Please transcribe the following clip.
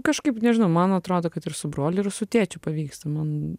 kažkaip nežinau man atrodo kad ir su broliu ir su tėčiu pavyksta man